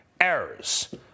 errors